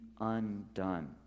undone